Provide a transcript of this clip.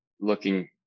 looking